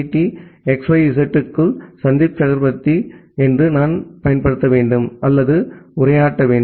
D xyz க்குள் சந்தீப் சக்ரவர்த்தி என்று நான் பயன்படுத்த வேண்டும் அல்லது உரையாற்ற வேண்டும்